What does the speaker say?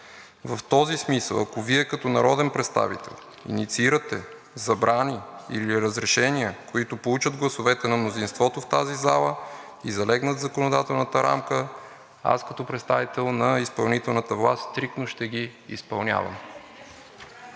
В този смисъл, ако Вие като народен представител инициирате забрани или разрешения, които получат гласовете на мнозинството в тази зала и залегнат в законодателната рамка, аз като представител на изпълнителната власт стриктно ще ги изпълнявам.